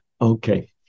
Okay